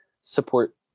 support